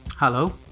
Hello